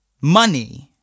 Money